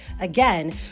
Again